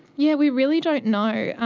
yeah we really don't know,